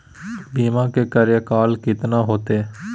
बीमा के कार्यकाल कितना होते?